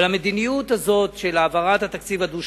אבל המדיניות הזו של העברת התקציב הדו-שנתי,